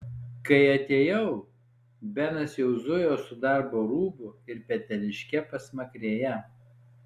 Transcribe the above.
kai atėjau benas jau zujo su darbo rūbu ir peteliške pasmakrėje